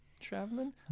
traveling